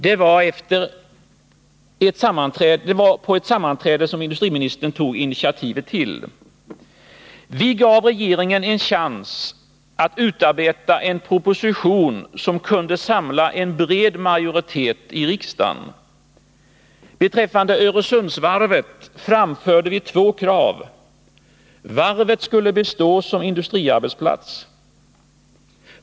Det var på ett sammanträde som industriministern tog initiativet till. Vi gav regeringen en chans att utarbeta en proposition som kunde samla en bred majoritet i riksdagen. Beträffande Öresundsvarvet framförde vi två krav. Varvet skulle bestå som industriarbetsplats.